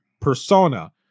persona